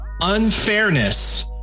unfairness